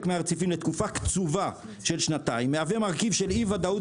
מהרציפים לתקופה קצובה של שנתיים מהווה מרכיב של אי ודאות